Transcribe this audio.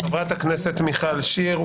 חברת הכנסת מיכל שיר,